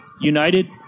United